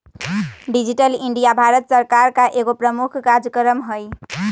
digital India Bharat सरकार का एगो प्रमुख काजक्रम हइ